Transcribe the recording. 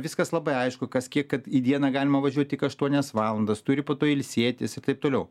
viskas labai aišku kas kiek kad į dieną galima važiuot tik aštuonias valandas turi po to ilsėtis ir taip toliau